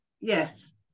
Yes